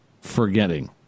forgetting